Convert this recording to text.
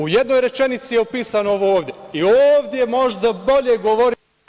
U jednoj rečenici je opisano ovo ovde i ovde možda bolje govori…